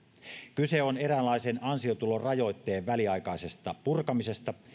kyse on eräänlaisen ansiotulorajoitteen väliaikaisesta purkamisesta